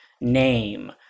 name